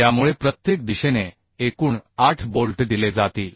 त्यामुळे प्रत्येक दिशेने एकूण 8 बोल्ट दिले जातील